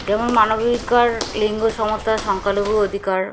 যেমন মানবাধিকার লিঙ্গ সমতা সংখ্যালঘু অধিকার